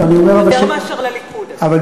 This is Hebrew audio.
יותר מאשר לליכוד, אגב.